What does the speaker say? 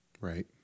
right